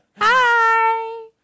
Hi